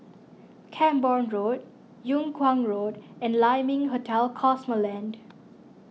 Camborne Road Yung Kuang Road and Lai Ming Hotel Cosmoland